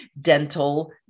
dental